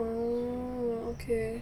orh okay